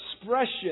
expression